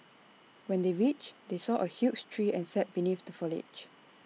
when they reached they saw A huge tree and sat beneath the foliage